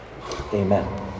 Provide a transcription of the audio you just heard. amen